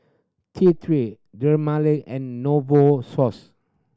T Three Dermale and Novosource